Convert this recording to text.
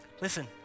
Listen